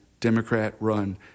Democrat-run